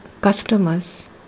customers